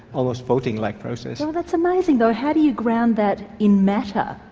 almost voting-like process. so that's amazing. but how do you ground that in matter?